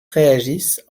réagissent